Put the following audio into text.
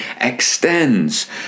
extends